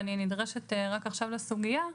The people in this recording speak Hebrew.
ואני נדרשת רק עכשיו לסוגיה,